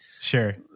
sure